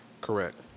Correct